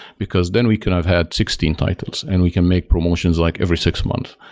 because then we can have had sixteen titles and we can make promotions like every six months.